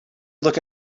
look